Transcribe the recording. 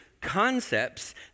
concepts